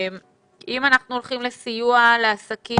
אם אנחנו הולכים לסיוע לעסקים,